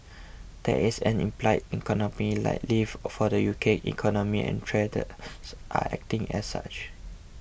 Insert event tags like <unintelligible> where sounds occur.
that is an implied economic <unintelligible> lift for the U K economy and traders are acting as such